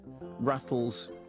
rattles